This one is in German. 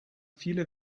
viele